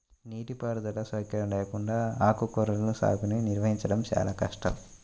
నీటిపారుదల సౌకర్యం లేకుండా ఆకుకూరల సాగుని నిర్వహించడం చాలా కష్టం